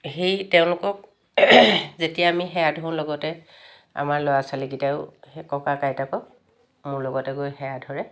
সেই তেওঁলোকক যেতিয়া আমি সেৱা ধৰোঁ লগতে আমাৰ ল'ৰা ছোৱালীকেইটাইও ককাক আইতাকক মোৰ লগতে গৈ সেৱা ধৰে